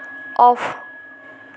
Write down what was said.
off